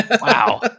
Wow